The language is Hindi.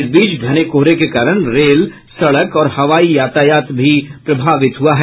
इस बीच घने कोहरे के कारण रेल सड़क और हवाई यातायात भी प्रभावित हुआ है